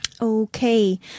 Okay